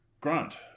grant